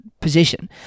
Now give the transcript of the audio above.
position